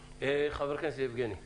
חבר הכנסת סובה, בבקשה.